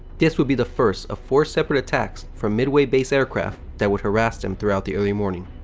this would be the first of four separate attacks from midway-based aircraft that would harass them throughout the early morning.